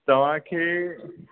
तव्हांखे